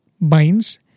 binds